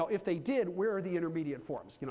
if they did, where are the intermediate forms? you know